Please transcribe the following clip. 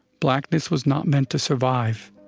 blackness was not meant to survive,